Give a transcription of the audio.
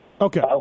Okay